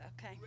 Okay